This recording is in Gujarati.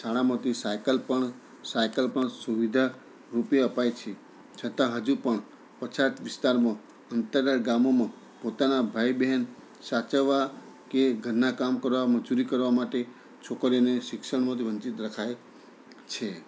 શાળામાંથી સાઈકલ પણ સાઈકલ પણ સુવિધા રૂપે અપાય છે છતાં હજુ પણ પછાત વિસ્તારમાં અંતરિયાળ ગામોમાં પોતાના ભાઈ બહેન સાચવવા કે ઘરના કામ કરવા મજૂરી કરવા માટે છોકરીઓને શિક્ષણમાંથી વંચિત રખાય છે